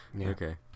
Okay